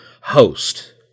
Host